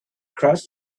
crossed